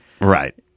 Right